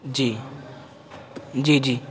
جی جی جی جی